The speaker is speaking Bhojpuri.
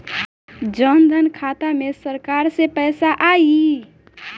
जनधन खाता मे सरकार से पैसा आई?